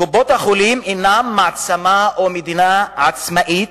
קופות-החולים אינן מעצמה או מדינה עצמאית,